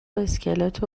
اسکلت